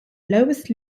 lowest